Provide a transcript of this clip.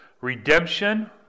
Redemption